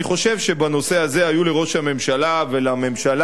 אני חושב שבנושא הזה היו לראש הממשלה ולממשלה,